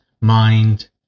mind